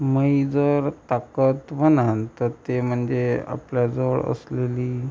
मही जर ताकद म्हणाल तर ते म्हणजे आपल्याजवळ असलेली